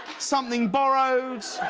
something borrowed,